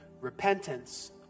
repentance